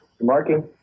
Marking